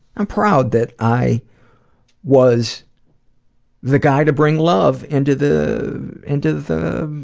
i'm proud that i was the guy to bring love into the into the